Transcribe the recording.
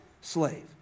slave